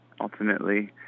ultimately